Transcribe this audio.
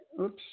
oops